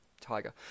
tiger